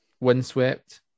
Windswept